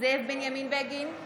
זאב בנימין בגין,